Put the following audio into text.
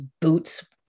boots